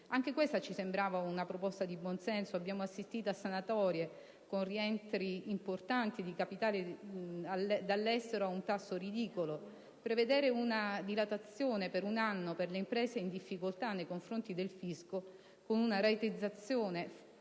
Anche questa ci sembrava una proposta di buon senso. Abbiamo assistito a sanatorie con rientri importanti di capitali dall'estero ad un tasso ridicolo; prevedere una dilazione per un anno per le imprese in difficoltà nei confronti del fisco con una rateizzazione forse